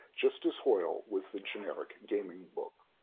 just as hoyle was the generic gaming book.